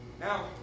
Now